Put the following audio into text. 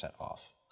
off